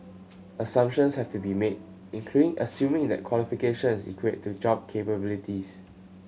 assumptions have to be made including assuming it that qualifications are equate to job capabilities